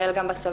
כולל גם בצבא.